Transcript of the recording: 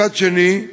מצד שני,